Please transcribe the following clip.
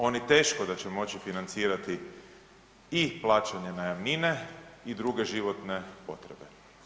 Oni teško da će moći financirati i plaćanje najamnine i druge životne potrebe.